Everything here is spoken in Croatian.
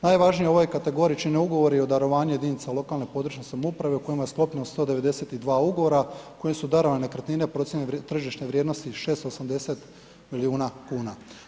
Najvažniji u ovoj kategoriji čine ugovori o darovanju jedinica lokalne i područne samouprave u kojima je sklopljeno 192 ugovora kojim su darovane nekretnine procijenjene tržišne vrijednosti 680 milijuna kuna.